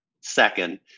second